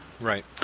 Right